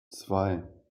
zwei